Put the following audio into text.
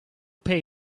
pay